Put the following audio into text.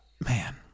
man